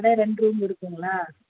அதான் ரெண்டு ரூம் இருக்குதுங்களா